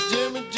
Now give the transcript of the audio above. Jimmy